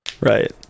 right